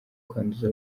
kwanduza